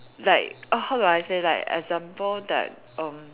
like how do I say like example like erm